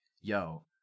yo